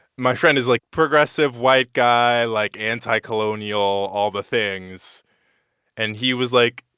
my friend, who's, like, progressive white guy, like, anti-colonial, all the things and he was like,